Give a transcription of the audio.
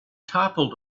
toppled